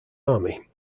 army